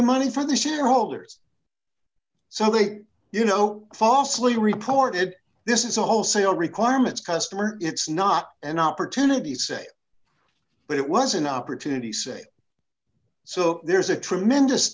the money for the shareholders so they you know falsely reported this is a wholesale requirements customer it's not an opportunity say but it was an opportunity say so there's a tremendous